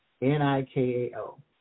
N-I-K-A-O